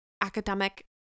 academic